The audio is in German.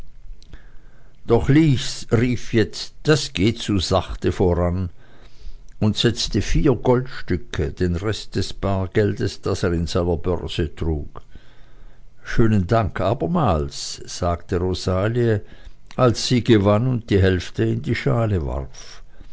doch lys rief jetzt das geht zu sachte voran und setzte vier goldstücke den rest des bargeldes das er in seiner börse trug schönen dank abermals sagte rosalie als sie gewann und die hälfte in die schale warf